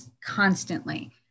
constantly